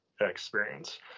experience